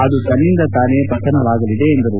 ಅದು ತನ್ನಿಂದ ತಾನೇ ಪತನವಾಗಲಿದೆ ಎಂದರು